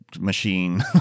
machine